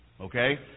Okay